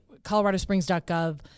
coloradosprings.gov